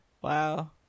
Wow